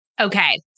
okay